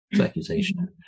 accusation